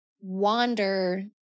wander